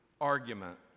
argument